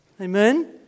Amen